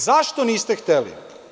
Zašto niste hteli?